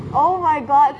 oh my god